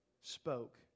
spoke